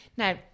Now